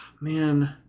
Man